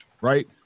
Right